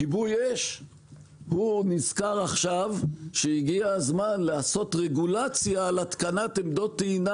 כיבוי אש נזכר עכשיו שהגיע הזמן לעשות רגולציה על התקנת עמדות טעינה